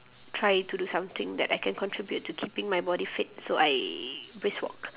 try to do something that I can contribute to keeping my body fit so I brisk walk